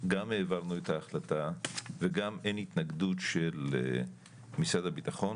גם העברנו את ההחלטה וגם אין התנגדות של משרד הבטחון